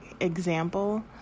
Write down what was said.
example